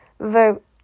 vote